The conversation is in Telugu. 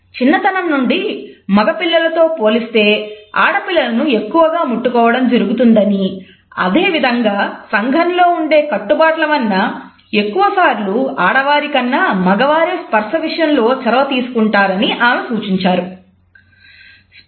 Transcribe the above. చిన్నతనం నుండి మగ పిల్లలతో పోలిస్తే ఆడపిల్లలను ఎక్కువగా ముట్టుకోవడం జరుగుతుందని అదేవిధంగా సంఘంలో ఉండే కట్టుబాట్ల వలన ఎక్కువసార్లు ఆడవారికన్నా మగవారే స్పర్శ విషయంలో చొరవ తీసుకుంటారని ఆమె సూచించారు